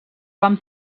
van